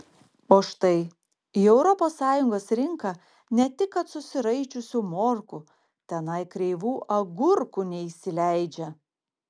o štai į europos sąjungos rinką ne tik kad susiraičiusių morkų tenai kreivų agurkų neįsileidžia